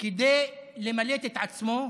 כדי למלט את עצמו.